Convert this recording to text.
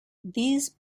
these